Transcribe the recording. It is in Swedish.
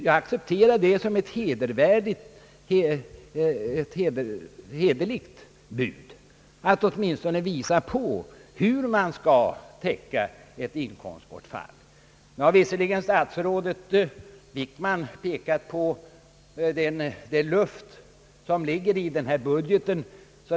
Jag accepterar det som ett hederligt bud att åtminstone visa på hur man skall täcka ett inkomstbortfall. Nu har statsrådet Wickman pekat på den luft som ligger i den budgeten.